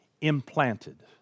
implanted